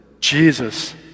Jesus